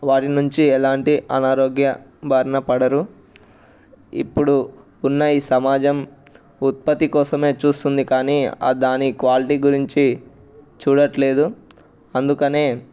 వారి నుంచి ఎలాంటి అనారోగ్య బారినపడరు ఇప్పుడు ఉన్న ఈ సమాజం ఉత్పత్తి కోసమే చూస్తుంది కానీ ఆ దాని క్వాలిటీ గురించి చూడట్లేదు అందుకని